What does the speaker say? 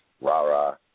rah-rah